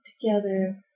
together